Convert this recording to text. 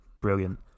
brilliant